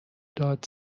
داد